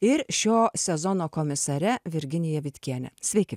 ir šio sezono komisare virginija vitkiene sveiki